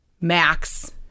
Max